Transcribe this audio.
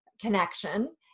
connection